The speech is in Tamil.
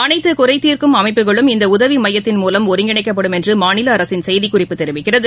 அனைத்து குறைதீர்க்கும் அமைப்புகளும் இந்த உதவி மையத்தின் மூவம் ஒருங்கிணைக்கப்படும் என்று மாநில அரசின் செய்திக்குறிப்பு தெரிவிக்கிறது